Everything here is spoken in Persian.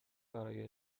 برای